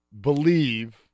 believe